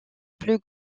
plus